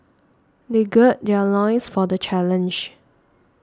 they gird their loins for the challenge